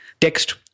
text